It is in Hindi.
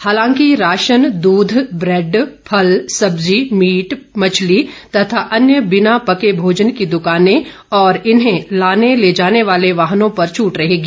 हालांकि राशन दध बैड फल सब्जी मीट मछली तथा अन्य बिना पके भोजन की दकाने और इन्हें लाने ले जाने वाले वाहनों पर छूट रहेगी